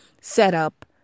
setup